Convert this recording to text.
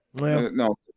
No